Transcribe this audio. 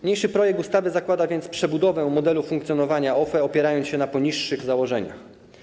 Niniejszy projekt ustawy zakłada więc przebudowę modelu funkcjonowania OFE, opierając się na poniższych założeniach.